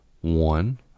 one